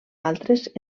altres